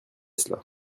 cela